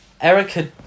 Erica